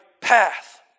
path